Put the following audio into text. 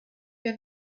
wir